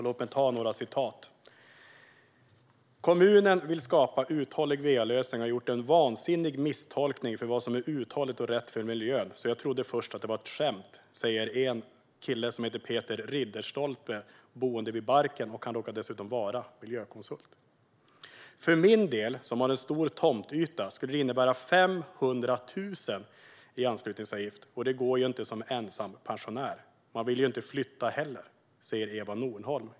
Låt mig ta några citat från programmet: "Kommunen vill skapa uthålliga va-lösningar och har gjort en vansinnig misstolkning av vad som är uthålligt och rätt för miljön, så jag trodde först att det var ett skämt." Så säger Peter Ridderstolpe som bor vid Barken. Han råkar dessutom vara miljökonsult. "För min del, som har stor tomtyta, skulle det innebära 500 000 i anslutningsavgift, och det går ju inte som ensam pensionär. Men man vill ju inte flytta heller", säger Eva Nornholm.